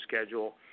schedule